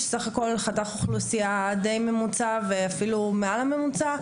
סך הכול חתך אוכלוסיה די ממוצע ואפילו מעל לממוצע,